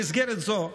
במסגרת זו,